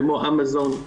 כמו אמזון,